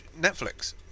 Netflix